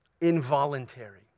involuntary